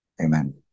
Amen